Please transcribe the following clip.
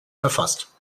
verfasst